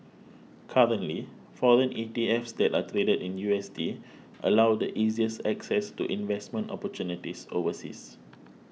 currently foreign E T Fs that are traded in U S D allow the easiest access to investment opportunities overseas